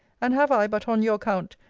and have i, but on your account,